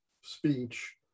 speech